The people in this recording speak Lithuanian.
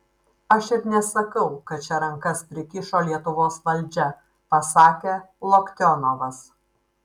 aš ir nesakau kad čia rankas prikišo lietuvos valdžia pasakė loktionovas